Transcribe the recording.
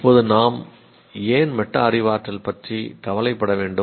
இப்போது நாம் ஏன் மெட்டா அறிவாற்றல் பற்றி கவலைப்பட வேண்டும்